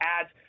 ads